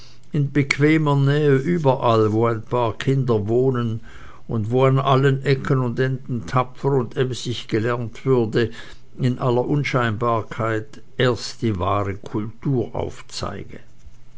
in bequemer nähe überall wo ein paar kinder wohnen und wo an allen ecken und enden tapfer und emsig gelernt würde in aller unscheinbarkeit erst die wahre kultur aufzeige